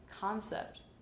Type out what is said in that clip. concept